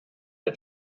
der